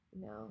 No